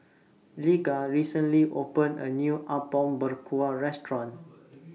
Lige recently opened A New Apom Berkuah Restaurant